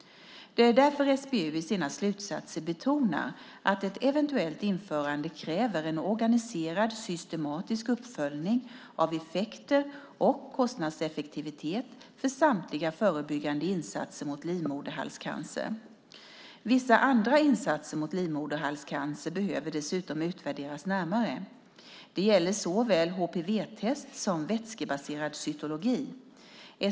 Därför betonar SBU i sina slutsatser att ett eventuellt införande kräver en organiserad systematisk uppföljning av effekter och kostnadseffektivitet för samtliga förebyggande insatser mot livmoderhalscancer. Vissa andra insatser mot livmoderhalscancer behöver dessutom enligt SBU utvärderas närmare. Det gäller såväl HPV-test som vätskebaserad cytologi.